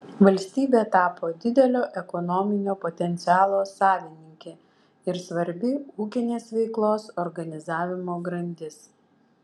valstybė tapo didelio ekonominio potencialo savininkė ir svarbi ūkinės veiklos organizavimo grandis